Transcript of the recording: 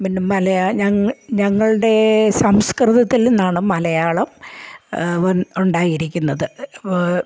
മുന്നെ മലയാളം ഞങ്ങൾ ഞങ്ങളുടെ സംസ്കൃതത്തിൽ നിന്നാണ് മലയാളം ഉണ്ടായിരിക്കുന്നത്